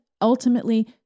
ultimately